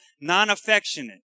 non-affectionate